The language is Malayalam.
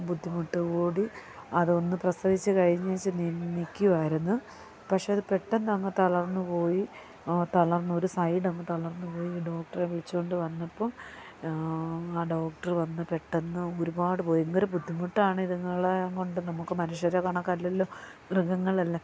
ബുദ്ധിമുട്ട് കൂടി അതൊന്ന് പ്രസവിച്ച് കഴിഞ്ഞേച്ച് നില്ക്കുകയായിരിന്നു പക്ഷെ അത് പെട്ടെന്നങ്ങ് തളർന്നുപോയി തളർന്ന് ഒരു സൈഡങ്ങ് തളർന്നുപോയി ഡോക്ട്രെ വിളിച്ചുകൊണ്ടു വന്നപ്പോള് ആ ഡോക്ട്ര് വന്ന് പെട്ടെന്ന് ഒരുപാട് ഭയങ്കര ബുദ്ധിമുട്ടാണ് ഇതിങ്ങളെയുംകൊണ്ട് നമുക്ക് മനുഷ്യരെ കണക്കല്ലല്ലോ മൃഗങ്ങളല്ലേ